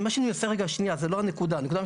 מה שאני מנסה רגע, זו לא הנקודה.